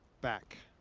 back.